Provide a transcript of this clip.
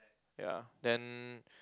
ya then